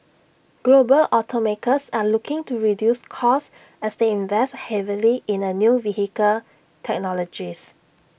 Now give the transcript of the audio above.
global automakers are looking to reduce costs as they invest heavily in new vehicle technologies